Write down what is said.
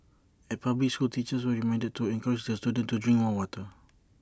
at public schools teachers were reminded to encourage the students to drink more water